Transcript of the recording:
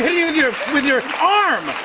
yeah with your with your arm!